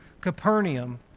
Capernaum